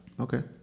Okay